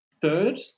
Third